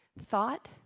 thought